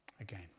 Again